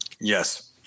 Yes